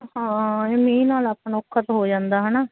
ਹਾਂ ਮੀਂਹ ਨਾਲ ਆਪਣਾ ਔਖਾ ਤਾਂ ਹੋ ਜਾਂਦਾ ਹੈ ਨਾ